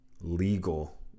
legal